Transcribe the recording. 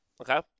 Okay